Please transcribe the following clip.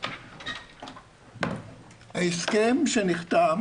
ההסכם שנחתם